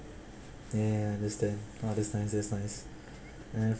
ya I understand oh that's nice that's nice ya